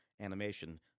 animation